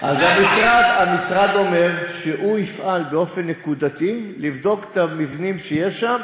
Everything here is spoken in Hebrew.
אז המשרד אומר שהוא יפעל באופן נקודתי לבדוק את המבנים שיש שם,